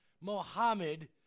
Mohammed